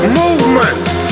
movements